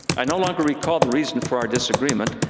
i no longer recall the reason for our disagreement,